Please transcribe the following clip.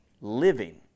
living